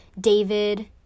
David